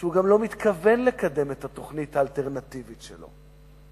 שהוא גם לא מתכוון לקדם את התוכנית האלטרנטיבית שלו.